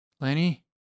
Lenny